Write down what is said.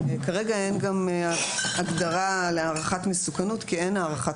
כרגע אין גם הגדרה להערכת מסוכנות כי אין הערכת